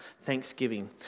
thanksgiving